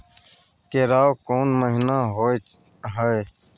केराव कोन महीना होय हय?